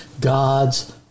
God's